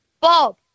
Bob